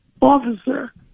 officer